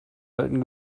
alten